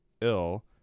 ill